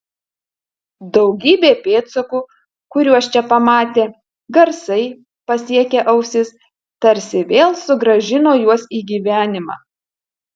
daugybė pėdsakų kuriuos čia pamatė garsai pasiekę ausis tarsi vėl sugrąžino juos į gyvenimą